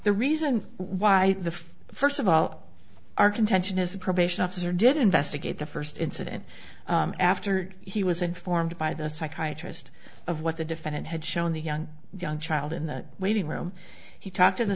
the reason why the first of all our contention is the probation officer did investigate the first incident after he was informed by the psychiatrist of what the defendant had shown the young young child in the waiting room he talked to the